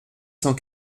cent